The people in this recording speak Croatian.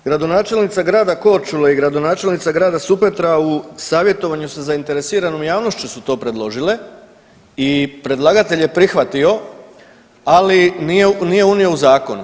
Gradonačelnica grada Korčule i gradonačelnica grada Supetra u savjetovanju sa zainteresiranom javnošću su to predložile i predlagatelj je prihvatio, ali nije unio u zakon.